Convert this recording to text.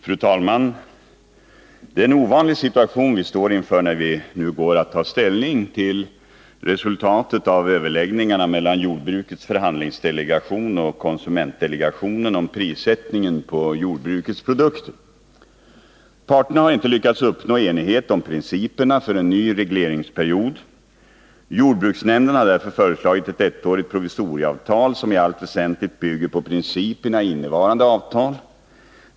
Fru talman! Det är en ovanlig situation vi står inför, när vi nu går att ta ställning till resultatet av överläggningarna mellan jordbrukets förhandlingsdelegation och konsumentdelegationen om prissättningen på jordbrukets produkter. Parterna har inte lyckats uppnå enighet om principerna för en ny regleringsperiod. Jordbruksnämnden har därför föreslagit ett ettårigt provisorieavtal, som i allt väsentligt bygger på principerna i innevarande avtal.